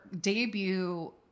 debut